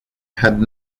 had